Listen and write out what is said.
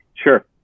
Sure